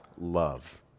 love